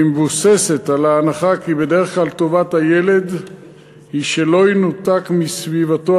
והיא מבוססת על ההנחה כי בדרך כלל טובת הילד היא שלא ינותק מסביבתו